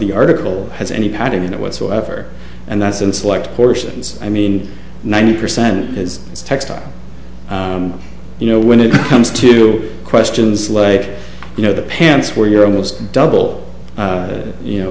article has any padding in it whatsoever and that's and select portions i mean nine percent is textile you know when it comes to questions like you know the pants where you're almost double you know